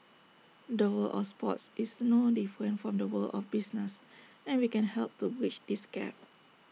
the world of sports is no different from the world of business and we can help to bridge this gap